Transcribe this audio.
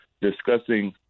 discussing